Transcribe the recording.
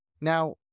Now